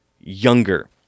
younger